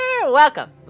welcome